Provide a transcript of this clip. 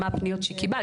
מה הפניות שקיבלת.